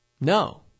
No